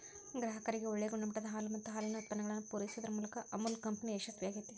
ಗ್ರಾಹಕರಿಗೆ ಒಳ್ಳೆ ಗುಣಮಟ್ಟದ ಹಾಲು ಮತ್ತ ಹಾಲಿನ ಉತ್ಪನ್ನಗಳನ್ನ ಪೂರೈಸುದರ ಮೂಲಕ ಅಮುಲ್ ಕಂಪನಿ ಯಶಸ್ವೇ ಆಗೇತಿ